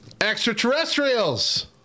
extraterrestrials